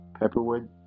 pepperwood